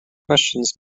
questions